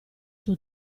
suo